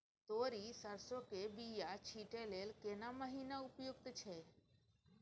तोरी, सरसो के बीया छींटै लेल केना महीना उपयुक्त छै?